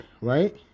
right